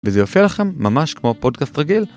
וזה יופיע לכם ממש כמו פודקאסט רגיל.